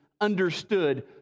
understood